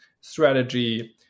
strategy